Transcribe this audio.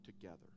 together